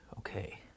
Okay